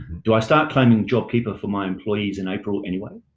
do i start claiming jobkeeper for my employees in april anyway?